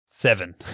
Seven